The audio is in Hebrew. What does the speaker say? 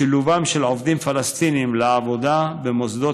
שילובם של עובדים פלסטינים בעבודה במוסדות